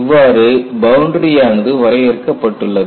இவ்வாறு பவுண்டரி யானது வரையறுக்கப்பட்டுள்ளது